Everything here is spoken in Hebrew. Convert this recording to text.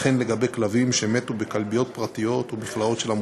וכן לגבי כלבים שמתו בכלביות פרטיות ובמכלאות של עמותות.